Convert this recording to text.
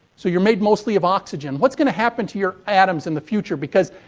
so, you're made mostly of oxygen. what's going to happen to your atoms in the future because,